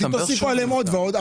תוסיפו עליהם עוד ועוד.